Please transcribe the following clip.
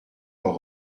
leurs